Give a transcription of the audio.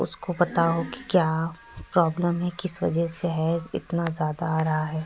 اس کو پتہ ہو کہ کیا پرابلم ہے کس وجہ سے حیض اتنا زیادہ آ رہا ہے